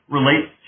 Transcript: relates